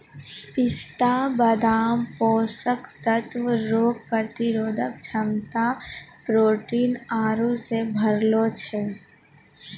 पिस्ता बादाम पोषक तत्व रोग प्रतिरोधक क्षमता प्रोटीन आरु से भरलो छै